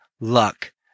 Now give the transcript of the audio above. luck